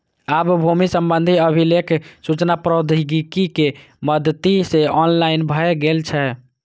आब भूमि संबंधी अभिलेख सूचना प्रौद्योगिकी के मदति सं ऑनलाइन भए गेल छै